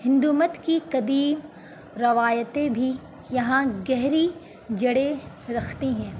ہندو مت کی قدیم روایتیں بھی یہاں گہری جڑیں رکھتی ہیں